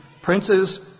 Princes